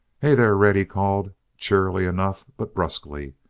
hey there, red! he called, cheerily enough, but brusquely,